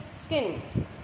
skin